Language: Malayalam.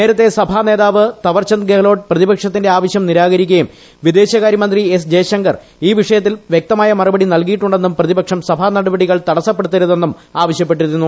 നേരത്തെ സഭാ നേതാവ് തവർചന്ദ് ഗഹ്ലോട്ട് പ്രതിപക്ഷത്തിന്റെ ആവശ്യം നിരാകരിക്കുകയും വിദേശകാര്യമന്ത്രി എസ് ജയശങ്കർ ഈ വിഷയത്തിൽ വൃക്തമായ മറുപടി നൽകിയിട്ടുണ്ടെന്നും പ്രതിപക്ഷം സഭാ നടപടികൾ തടസ്സപ്പെടുത്തരുതെന്നും ആവശ്യപ്പെട്ടിരുന്നു